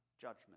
judgment